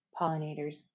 pollinators